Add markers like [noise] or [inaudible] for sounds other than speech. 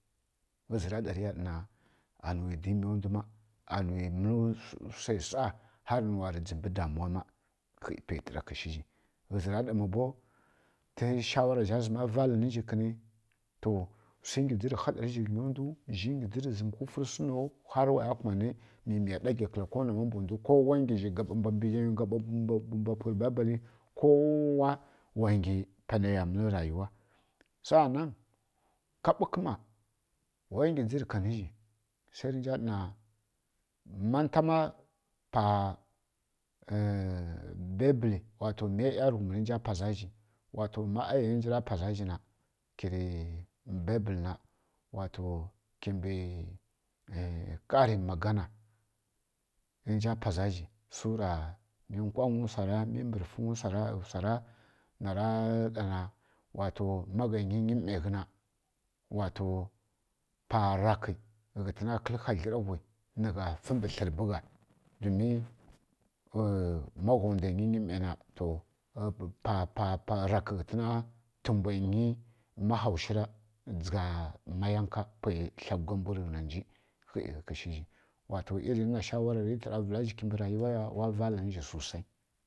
Ghǝzǝ ri ɗa tǝ ya ɗa na nuwi dimiya nda ani nuw mǝl swa sa har nǝ nuw jimɓǝ damuwa ma ghǝ mba tari kǝshǝzǝ ma bu tǝ shawaza zam vala nǝ kǝni to swǝ nyi ji ri hadari shǝ nyi nda zǝ nyi jiri zǝm wǝ fursanu har wa ya kuma nǝ mǝmǝ ya ɗatlyi kǝl ko na nda ko wa nyi zǝ gabǝ mbwa bǝ ghyi zagabǝ mbwa puri babali ko wa nyi pana ya mǝl rayuwa sa nan ka bukǝ ma wa nyi jiri ka nǝ zǝ ma tǝ ma pa [hesitation] miya bibuli tǝ nja paza zǝ wa to ma aya nji ri paza kimɓǝ bibuli na kimɓǝ [hesitation] kari magana mǝ kwangǝ swara mǝ mbrifwangǝ ri wa to ma gyigyi mǝyi ghǝna parikǝ ghǝtǝn kǝl ghadlǝri wuyǝ nǝ fǝ mbǝ tlǝribǝ gha pa pa pa rikǝ ghǝtǝn tǝmɓǝ nyi ma hawashǝri ja maya yinkǝ pi tla gua mbwa kǝl gha hya kǝshǝ wa to yiri nǝna shawara tǝ vǝlaza kimɓǝ rayuwa ya wa vala na zǝ swa si